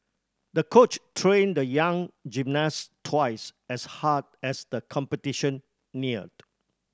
the coach trained the young gymnast twice as hard as the competition neared